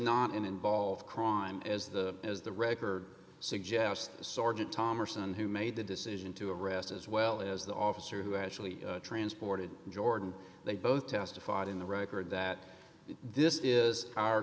not involved crime as the as the record suggests sergeant thompson who made the decision to arrest as well as the officer who actually transported jordan they both testified in the record that this is our